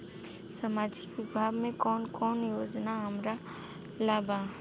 सामाजिक विभाग मे कौन कौन योजना हमरा ला बा?